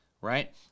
right